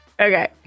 Okay